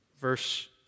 Verse